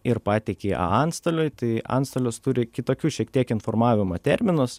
ir pateiki antstoliui tai antstolis turi kitokius šiek tiek informavimo terminus